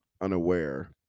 unaware